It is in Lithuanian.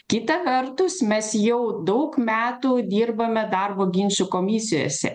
kita vertus mes jau daug metų dirbame darbo ginčų komisijose